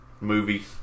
movie